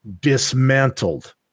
dismantled